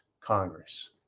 Congress